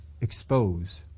expose